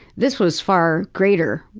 this was far greater,